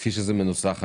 כפי שזה מנוסח כעת,